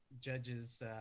judge's